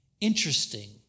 Interesting